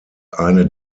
eine